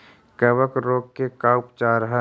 कबक रोग के का उपचार है?